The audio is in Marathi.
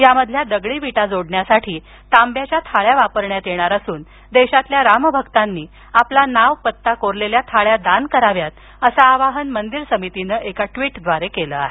यामधील दगडी विटा जोडण्यासाठी तांब्याच्या थाळ्या वापरण्यात येणार असून देशातील रामभक्तांनी आपला नाव पत्ता कोरलेल्या थाळ्या दान कराव्यात असं आवाहन मंदिर प समितीनं ट्वीटद्वारे केलं आहे